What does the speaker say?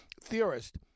theorist